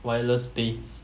wireless space